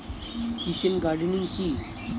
Kitchen gardening কি?